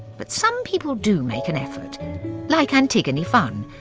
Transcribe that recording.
but some people do make an effort like antigone funn,